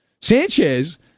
Sanchez